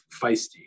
feisty